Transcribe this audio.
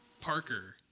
parker